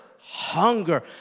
hunger